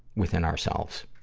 within ourselves.